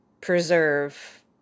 preserve